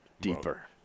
deeper